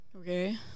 Okay